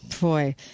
Boy